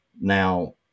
now